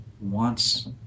wants